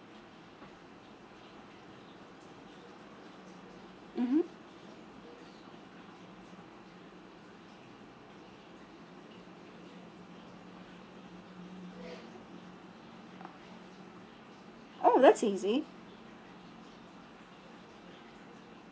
mmhmm oh that's easy